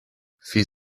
fit